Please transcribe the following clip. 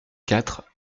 quatre